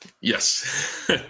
yes